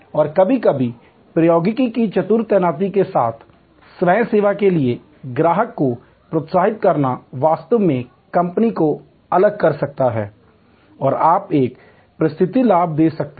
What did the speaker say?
और कभी कभी प्रौद्योगिकी की चतुर तैनाती के साथ स्वयं सेवा के लिए ग्राहक को प्रोत्साहित करना वास्तव में कंपनी को अलग कर सकता है और आप एक प्रतिस्पर्धी लाभ दे सकते हैं